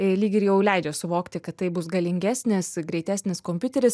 lyg ir jau leidžia suvokti kad tai bus galingesnis greitesnis kompiuteris